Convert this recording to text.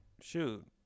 shoot